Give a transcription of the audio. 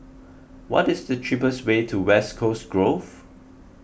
what is the cheapest way to West Coast Grove